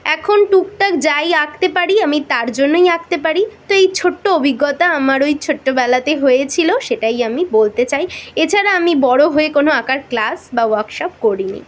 এখন টুকটাক যাই আঁকতে পারি আমি তার জন্যই আঁকতে পারি তো এই ছোট্টো অভিজ্ঞতা আমার ওই ছোট্টোবেলাতে হয়েছিলো সেটাই আমি বলতে চাই এছাড়া আমি বড়ো হয়ে কোনো আঁকার ক্লাস বা ওয়ার্কশপ করিনি